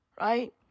Right